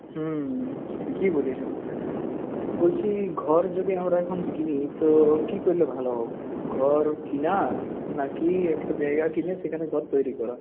হুম ঠিকই বলেছ বলছি ঘর যদি এখন আমরা কিনি তো কি করলে ভালো হবে ঘর কেনা নাকি একটা জায়গা কিনে সেখানে ঘর তৈরি করা